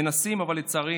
מנסים, אבל לצערי